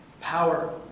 power